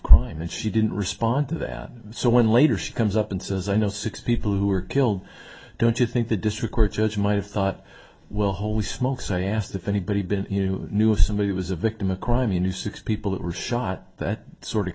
crime and she didn't respond to that so when later she comes up and says i know six people who were killed don't you think the district court judge might have thought well holy smokes i asked if anybody been you know knew of somebody who was a victim of crime you knew six people that were shot that sort of